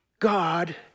God